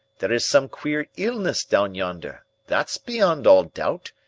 there is some queer illness down yonder, that's beyond all doubt,